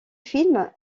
film